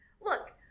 Look